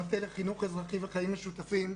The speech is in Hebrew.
המטה לחינוך אזרחי וחיים משותפים,